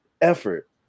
effort